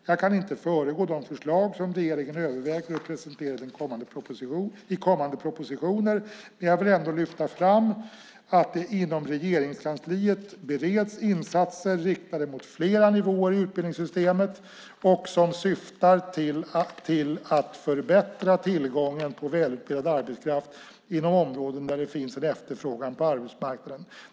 Jag kan inte föregå de förslag som regeringen överväger att presentera i kommande propositioner, men jag vill ändå lyfta fram att det inom Regeringskansliet bereds insatser riktade mot flera nivåer i utbildningssystemet och som syftar till att förbättra tillgången på välutbildad arbetskraft inom områden där det finns en efterfrågan på arbetsmarknaden.